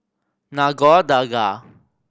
Nagore Dargah